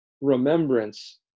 remembrance